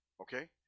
okay